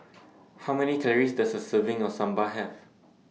How Many Calories Does A Serving of Sambar Have